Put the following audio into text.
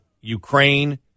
Ukraine